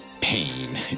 pain